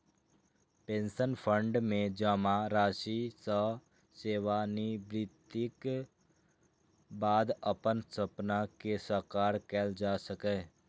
pension fund मे जमा राशि सं सेवानिवृत्तिक बाद अपन सपना कें साकार कैल जा सकैए